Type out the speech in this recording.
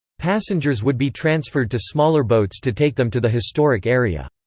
passengers would be transferred to smaller boats to take them to the historic area.